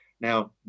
Now